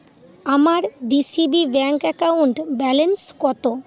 আমার D C B bank account balance কতো